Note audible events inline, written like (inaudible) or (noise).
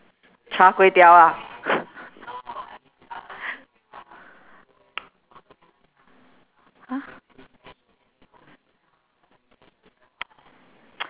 char-kway-teow ah (laughs) !huh! (noise)